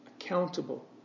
accountable